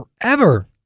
forever